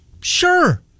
Sure